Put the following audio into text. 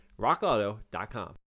rockauto.com